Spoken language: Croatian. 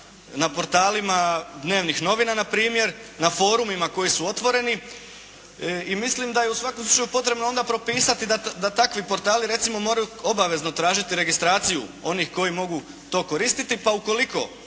na portalima dnevnih novina npr., na forumima koji su otvoreni i mislim da je u svakom slučaju potrebno onda propisati da takvi portali recimo moraju obavezno tražiti registraciju onih koji mogu to koristiti, pa ukoliko